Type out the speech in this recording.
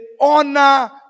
honor